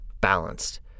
balanced